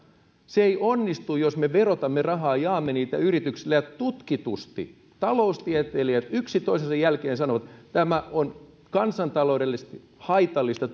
se ei onnistu jos me verotamme rahaa jaamme sitä yrityksille ja tutkitusti taloustieteilijät yksi toisensa jälkeen sanovat tämä on kansantaloudellisesti haitallista